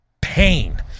Pain